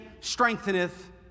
strengtheneth